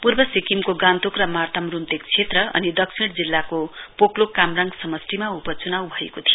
पूर्व सिक्किमको गान्तोक र मार्ताम रूम्तेक क्षेत्र अनि दक्षिण जिल्लाको पोकलोक कामराङ समष्टिमा उप चनाउ भएको थियो